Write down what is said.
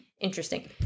interesting